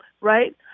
right